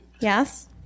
Yes